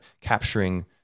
capturing